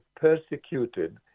persecuted